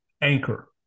anchor